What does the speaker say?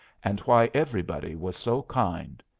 and why everybody was so kind.